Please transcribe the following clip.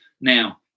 now